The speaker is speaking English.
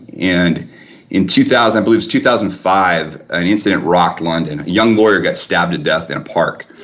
and in two thousand, i believe it's two thousand and five and incident rocked london. a young lawyer gets stabbed to death in a park.